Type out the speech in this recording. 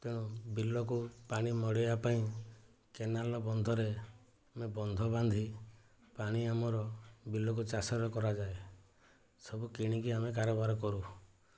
ତେଣୁ ବିଲକୁ ପାଣି ମଡ଼ାଇବା ପାଇଁ କେନାଲ ବନ୍ଧରେ ଆମେ ବନ୍ଧ ବାନ୍ଧି ପାଣି ଆମର ବିଲକୁ ଚାଷର କରାଯାଏ ସବୁ କିଣିକି ଆମେ କାରବାର କରୁ